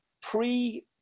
pre